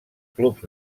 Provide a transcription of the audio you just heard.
clubs